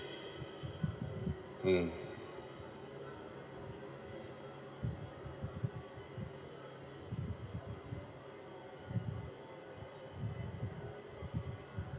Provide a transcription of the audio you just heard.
mm